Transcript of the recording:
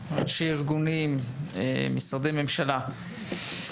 הכנסת; ראשי ארגונים; משרדי ממשלה.